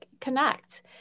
connect